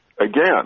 again